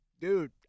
dude